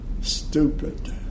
Stupid